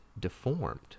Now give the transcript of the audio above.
deformed